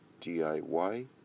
DIY